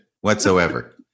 whatsoever